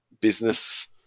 business